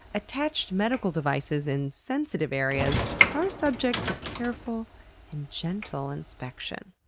attached medical devices in sensitive areas are subject to careful and gentle inspection,